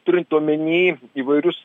turint omeny įvairius